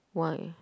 why